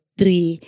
three